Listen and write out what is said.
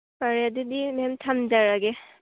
ꯐꯔꯦ ꯑꯗꯨꯗꯤ ꯃꯦꯝ ꯊꯝꯖꯔꯒꯦ